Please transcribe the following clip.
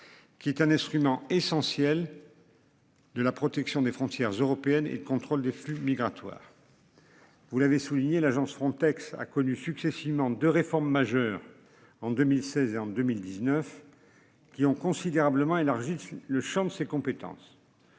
Qui est un instrument essentiel. De la protection des frontières européennes et contrôle des flux migratoires. Vous l'avez souligné l'agence Frontex a connu successivement 2 réformes majeures en 2016 et en 2019. Qui ont considérablement élargi le Champ de ses compétences.